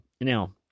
Now